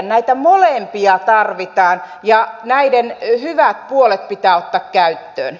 näitä molempia tarvitaan ja näiden hyvät puolet pitää ottaa käyttöön